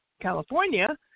California